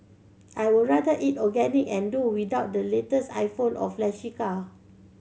I would rather eat organic and do without the latest iPhone or flashy car